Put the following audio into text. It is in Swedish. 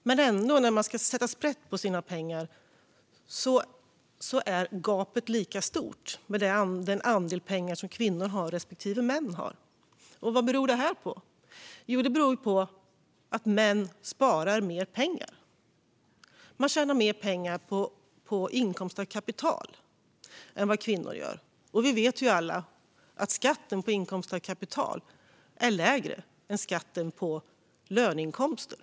Men när man ska sätta sprätt på pengarna är gapet lika stort i fråga om den andel pengar som kvinnor har respektive män har. Vad beror det på? Jo, det beror på att män sparar mer pengar. De tjänar mer pengar på inkomst av kapital än vad kvinnor gör. Vi vet alla att skatten på inkomst av kapital är lägre än skatten på löneinkomster.